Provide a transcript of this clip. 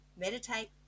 Meditate